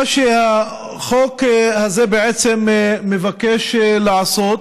מה שהחוק הזה בעצם מבקש לעשות